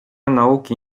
nauki